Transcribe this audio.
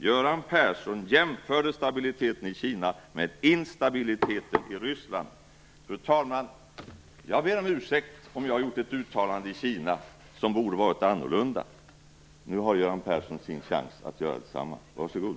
Göran Persson jämförde stabiliteten i Kina med instabiliteten i Ryssland. Fru talman! Om jag har gjort ett uttalande i Kina som borde ha varit annorlunda ber jag om ursäkt. Nu har Göran Persson sin chans att göra detsamma. Varsågod.